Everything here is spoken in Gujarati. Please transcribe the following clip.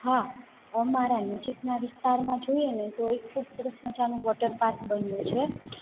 હા અમારા નજીકના વિસ્તારમાં જોઇએ ને તો ખૂબ સરસ મજાનું વોટરપાર્ક બન્યું છે